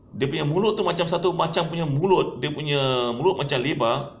dia punya mulut tu macam satu macam punya mulut dia punya mulut macam lebar